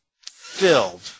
filled